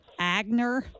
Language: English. Agner